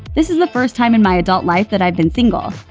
this is the first time in my adult life that i've been single.